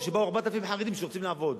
טוב, שבאו 4,000 חרדים שרוצים לעבוד.